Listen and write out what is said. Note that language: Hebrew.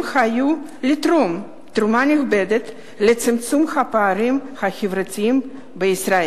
לתרום תרומה נכבדה לצמצום הפערים החברתיים בישראל,